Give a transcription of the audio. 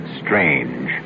strange